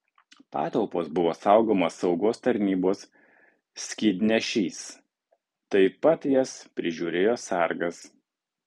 patalpos buvo saugomos saugos tarnybos skydnešys taip pat jas prižiūrėjo sargas